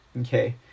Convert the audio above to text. Okay